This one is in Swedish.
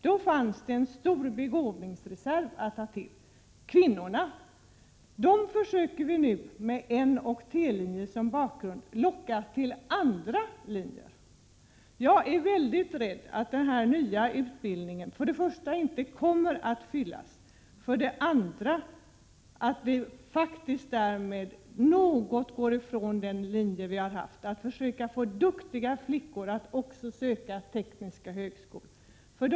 Då fanns en stor begåvningsreserv, nämligen kvinnorna. Dem försöker vi nu, med N och T-linjerna som bakgrund, locka till andra högskolelinjer. Jag är rädd att dessa nya grundskollärarutbildningar inte kommer att fyllas. Jag är dessutom rädd för att vi går ifrån den linje vi tidigare har följt, att försöka få duktiga flickor att också söka till tekniska högskolor.